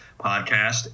podcast